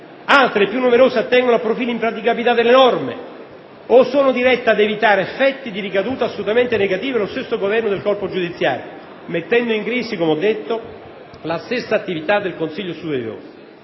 altre, le più numerose, attengono a profili di impraticabilità delle norme o sono dirette ad evitare effetti di ricaduta assolutamente negativi per lo stesso governo del corpo giudiziario, mettendo in crisi, come ho detto, la stessa attività del Consiglio superiore.